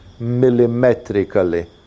millimetrically